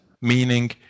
meaning